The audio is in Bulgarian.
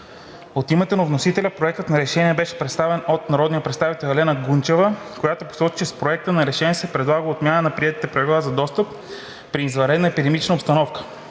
От името на вносителя Проектът на решение беше представен от народния представител Елена Гунчева, която посочи, че с Проекта на решение се предлага отмяна на приетите правила за достъп при извънредна епидемична обстановка.